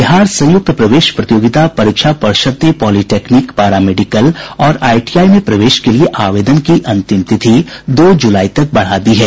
बिहार संयुक्त प्रवेश प्रतियोगिता परीक्षा पर्षद ने पॉलिटेक्निक पारा मेडिकल और आईटीआई में प्रवेश के लिए आवेदन की अंतिम तिथि दो जुलाई तक बढ़ा दी है